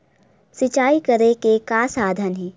सिंचाई करे के का साधन हे?